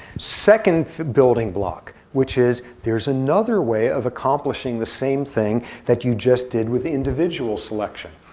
second building block, which is, there is another way of accomplishing the same thing that you just did with individual selection,